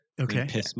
Okay